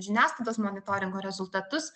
žiniasklaidos monitoringo rezultatus